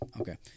okay